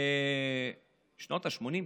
בשנות השמונים,